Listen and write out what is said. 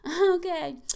Okay